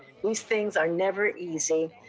these things are never easy.